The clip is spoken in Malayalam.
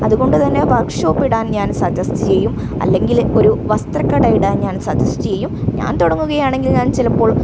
അതുകൊണ്ട് തന്നെ വർക്ക്ഷോപ്പ് ഇടാൻ ഞാൻ സജെസ്ട് ചെയ്യും അല്ലെങ്കിൽ ഒരു വസത്രക്കട ഇടാൻ ഞാൻ സജെസ്ട് ചെയ്യും ഞാൻ തുടങ്ങുകയാണെങ്കിൽ ഞാൻ ചിലപ്പോൾ